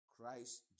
Christ